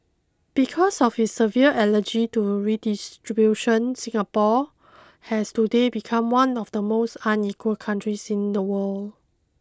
because of his severe allergy to redistribution Singapore has today become one of the most unequal countries in the world